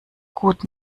gut